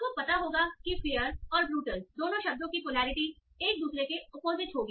आपको पता होगा कि फेयर और ब्रूटल दोनों शब्दों की पोलैरिटी एक दूसरे के अपोजिट होगी